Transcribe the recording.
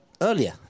earlier